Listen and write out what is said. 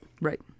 Right